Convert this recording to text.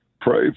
pray